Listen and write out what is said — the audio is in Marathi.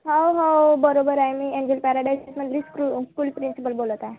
हो हो बरोबर आहे मी एन्जल पॅराडाईसमधली स्कूल स्कूल प्रिन्सिपल बोलत आहे